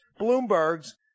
Bloomberg's